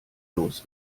los